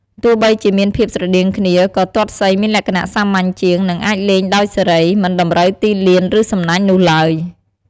ទោះបីជាមានភាពស្រដៀងគ្នា ក៏ទាត់សីមានលក្ខណៈសាមញ្ញជាង និងអាចលេងដោយសេរី មិនតម្រូវទីលាន ឬសំណាញ់នោះឡើយ។